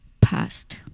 past